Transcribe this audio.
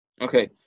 Okay